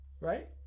right